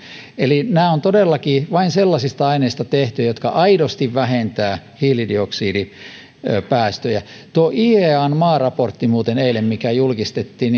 eli nämä ovat todellakin vain sellaisista aineista tehtyjä jotka aidosti vähentävät hiilidioksidipäästöjä tuo iean maaraportti muuten mikä julkistettiin